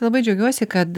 labai džiaugiuosi kad